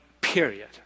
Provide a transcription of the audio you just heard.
period